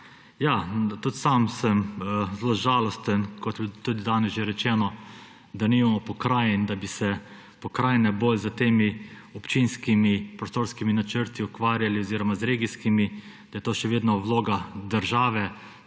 Ja, tudi sam sem zelo žalosten, kot je bilo tudi danes že rečeno, da nimamo pokrajin, da bi se pokrajine bolj s temi občinskimi prostorskimi načrti ukvarjale oziroma z regijskimi, da je to še vedno vloga države,